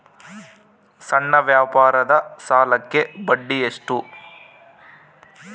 ಸಣ್ಣ ವ್ಯಾಪಾರದ ಸಾಲಕ್ಕೆ ಬಡ್ಡಿ ಎಷ್ಟು?